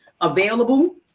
available